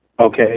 Okay